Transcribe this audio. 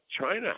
China